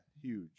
huge